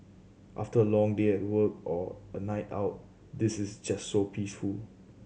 after a long day at work or a night out this is just so peaceful